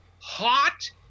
hot